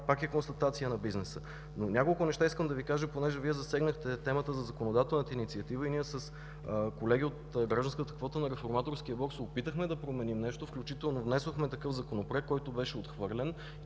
пак е констатация на бизнеса. Искам да Ви кажа няколко неща, понеже засегнахте темата за законодателната инициатива. С колеги от гражданската квота на Реформаторския блок се опитахме да променим нещо, включително внесохме такъв законопроект, който беше отхвърлен.